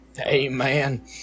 Amen